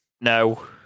no